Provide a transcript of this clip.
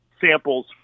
samples